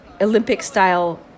Olympic-style